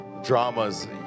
Dramas